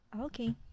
Okay